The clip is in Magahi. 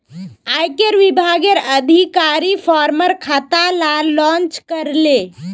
आयेकर विभागेर अधिकारी फार्मर खाता लार जांच करले